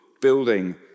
building